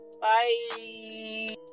Bye